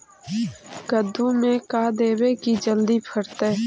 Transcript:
कददु मे का देबै की जल्दी फरतै?